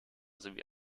sowie